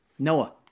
Noah